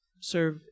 serve